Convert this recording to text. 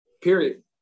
period